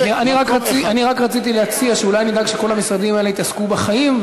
אני רק רציתי להציע שאולי נדאג שכל המשרדים האלה יתעסקו בחיים,